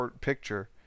picture